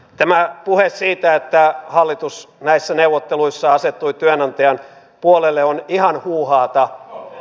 tämä puhe siitä että hallitus näissä neuvotteluissa asettui työnantajan puolelle on ihan huuhaata